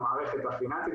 המערכת הפיננסית,